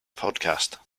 podcast